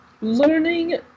learning